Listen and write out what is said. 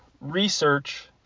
research